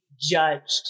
judged